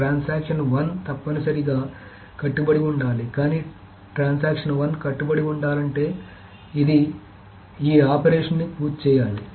transaction 1 తప్పనిసరిగా కట్టుబడి ఉండాలి కానీ ట్రాన్సాక్షన్ 1 కట్టుబడి ఉండాలంటే అది ఈ ఆపరేషన్ని పూర్తి చేయాలి